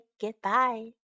goodbye